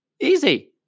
Easy